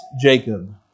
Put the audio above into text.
Jacob